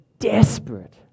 Desperate